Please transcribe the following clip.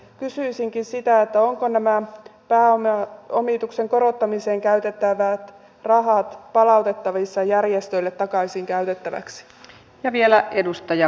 kysyisinkin sitä ovatko nämä pääomituksen korottamiseen käytettävät rahat palautettavissa järjestöille takaisin käytettäviksi